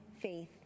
faith